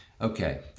Okay